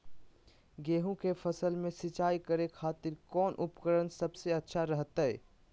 गेहूं के फसल में सिंचाई करे खातिर कौन उपकरण सबसे अच्छा रहतय?